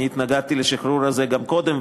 אני התנגדתי לשחרור הזה גם קודם,